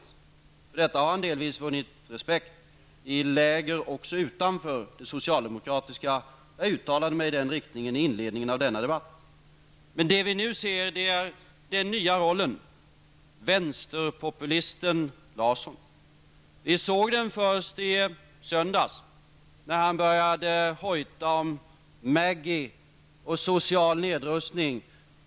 För detta har han delvis vunnit respekt i olika läger, också utanför det socialdemokratiska. Jag uttalade mig i den riktningen i inledningen av denna debatt. Men nu ser vi den nya rollen, vänsterpopulisten Larsson. Vi såg den först i söndags när han började hojta om Maggie och social nedrustning.